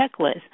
checklist